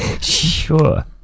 Sure